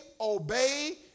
obey